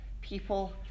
people